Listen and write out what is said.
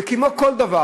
וכמו כל דבר,